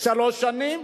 שלוש שנים,